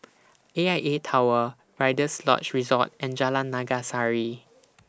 A I A Tower Rider's Lodge Resort and Jalan Naga Sari